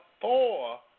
four